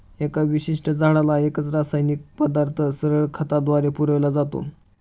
एका विशिष्ट झाडाला एकच रासायनिक पदार्थ सरळ खताद्वारे पुरविला जातो